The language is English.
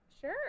Sure